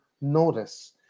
notice